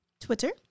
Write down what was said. Twitter